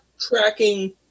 tracking